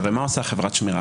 הרי מה עושה חברת שמירה?